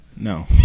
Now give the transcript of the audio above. No